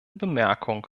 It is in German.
bemerkung